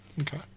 Okay